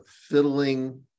fiddling